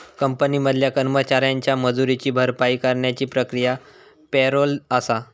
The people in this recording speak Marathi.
कंपनी मधल्या कर्मचाऱ्यांच्या मजुरीची भरपाई करण्याची प्रक्रिया पॅरोल आसा